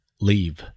leave